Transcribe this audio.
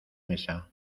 mesa